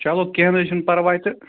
چلو کیٚنٛہہ نہٕ حظ چھُنہٕ پَرواے تہٕ